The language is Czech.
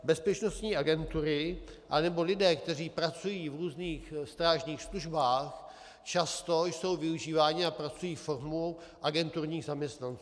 Bezpečnostní agentury anebo lidé, kteří pracují v různých strážních službách, jsou často využíváni a pracují formou agenturních zaměstnanců.